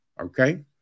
Okay